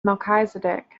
melchizedek